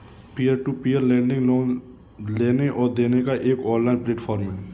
peer to peer lending loan लेने और देने का एक ऑनलाइन प्लेटफ़ॉर्म है